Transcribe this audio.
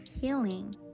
healing